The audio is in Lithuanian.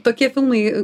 tokie filmai